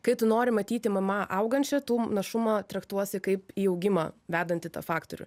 kai tu nori matyti mma augančią tu našumą traktuosi kaip į augimą vedantį tą faktorių